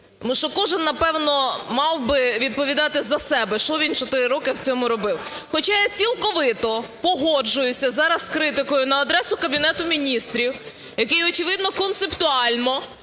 кожен, напевно, мав би відповідати за себе, що він 4 роки в цьому робив. Хоча я цілковито погоджуюся зараз з критикою на адресу Кабінету Міністрів, який, очевидно, концептуально